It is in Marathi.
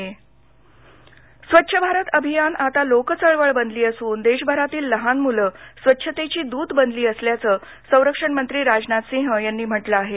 स्वच्छ स्वच्छता पंधरवडा स्वच्छ भारत अभियान आता लोकचळवळ बनली असून देशभरातली लहान मुलं स्वच्छतेची दूत बनली असल्याचं संरक्षणमंत्री राजनाथसिंह यांनी म्हटलं आहे